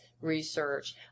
research